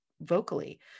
vocally